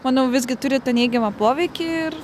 manau visgi turi tą neigiamą poveikį ir